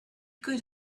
could